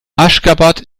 aşgabat